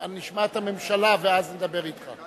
אנחנו נשמע את הממשלה ואז נדבר אתך.